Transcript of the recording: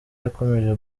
yakomeje